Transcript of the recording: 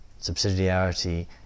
Subsidiarity